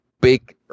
big